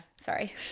Sorry